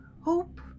Hope